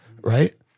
Right